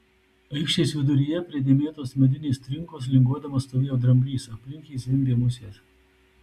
aikštės viduryje prie dėmėtos medinės trinkos linguodamas stovėjo dramblys aplink jį zvimbė musės